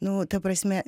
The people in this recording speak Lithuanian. nu ta prasme